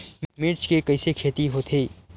मिर्च के कइसे खेती होथे?